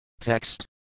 Text